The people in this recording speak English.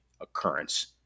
occurrence